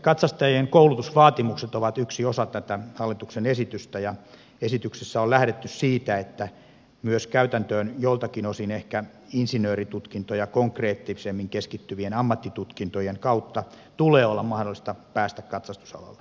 katsastajien koulutusvaatimukset ovat yksi osa tätä hallituksen esitystä ja esityksessä on lähdetty siitä että myös käytäntöön joiltakin osin ehkä insinööritutkintoja konkreettisemmin keskittyvien ammattitutkintojen kautta tulee olla mahdollista päästä katsastusalalle